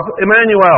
Emmanuel